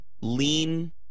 lean